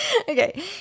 okay